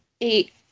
eight